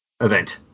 event